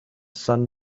sun